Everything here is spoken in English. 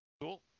Cool